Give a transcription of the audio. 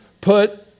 put